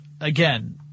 again